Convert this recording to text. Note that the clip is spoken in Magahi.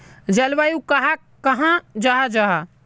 जलवायु कहाक कहाँ जाहा जाहा?